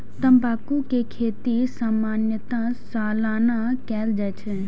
तंबाकू के खेती सामान्यतः सालाना कैल जाइ छै